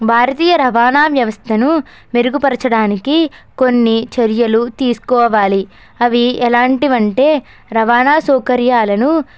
భారతీయ రవాణా వ్యవస్థను మెరుగుపరచడానికి కొన్ని చర్యలు తీసుకోవాలి అవి ఎలాంటివి అంటే రవాణా సొకర్యాలను విస్